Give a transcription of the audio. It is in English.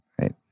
Right